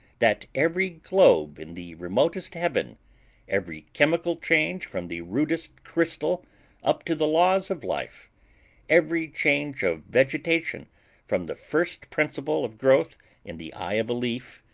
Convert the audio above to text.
that every globe in the remotest heaven every chemical change from the rudest crystal up to the laws of life every change of vegetation from the first principle of growth in the eye of a leaf,